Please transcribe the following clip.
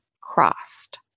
crossed